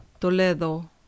Toledo